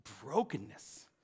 brokenness